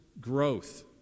growth